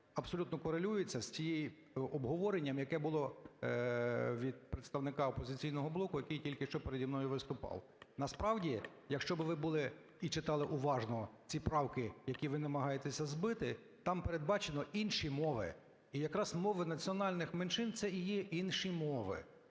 абсолютно корелюється з тим обговоренням, яке було від представника "Опозиційного блоку", який тільки що переді мною виступав. Насправді, якщо би ви були і читали уважно ці правки, які ви намагаєтеся збити, там передбачено інші мови, і якраз мови національних меншин - це і є інші мови.